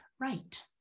right